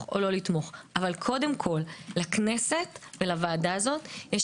או לא לתמוך אבל קודם כל לכנסת ולוועדה הזאת יש